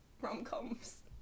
rom-coms